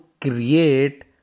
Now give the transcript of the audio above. create